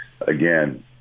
Again